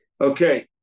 Okay